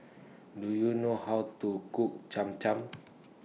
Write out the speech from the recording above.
Do YOU know How to Cook Cham Cham